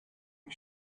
you